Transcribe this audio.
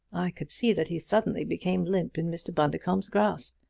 i could see that he suddenly became limp in mr. bundercombe's grasp.